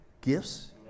gifts